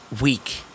week